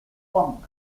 funk